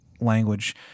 language